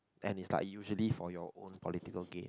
and is like usually for your own political game